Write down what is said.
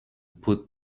put